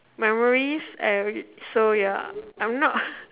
memories and so ya I'm not